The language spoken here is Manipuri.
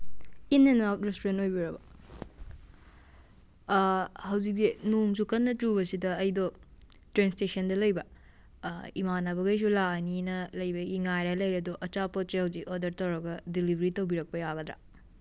ꯏꯟ ꯑꯦꯟ ꯑꯥꯎꯠ ꯔꯦꯁꯇꯨꯔꯦꯟ ꯑꯣꯏꯕꯤꯔꯕꯣ ꯍꯧꯖꯤꯛꯁꯦ ꯅꯣꯡꯁꯨ ꯀꯟꯅ ꯆꯨꯕꯁꯤꯗ ꯑꯩꯗꯣ ꯇ꯭ꯔꯦꯟ ꯏꯁꯇꯦꯁꯟꯗ ꯂꯩꯕ ꯏꯃꯥꯟꯅꯕꯒꯩꯁꯨ ꯂꯥꯛꯑꯅꯤꯅ ꯂꯩꯕꯒꯤ ꯉꯥꯏꯔ ꯂꯩꯔꯦ ꯑꯩꯗꯣ ꯑꯆꯥꯄꯣꯠꯁꯤ ꯍꯧꯖꯤꯛ ꯑꯣꯔꯗꯔ ꯇꯧꯔꯒ ꯗꯤꯂꯤꯚꯔꯤ ꯇꯧꯕꯤꯔꯛꯄ ꯌꯥꯒꯗ꯭ꯔꯥ